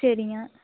சரிங்க